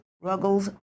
Ruggles